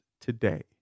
today